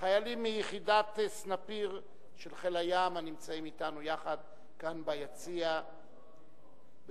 חיילים מיחידת "סנפיר" של חיל הים הנמצאים אתנו כאן ביציע האורחים.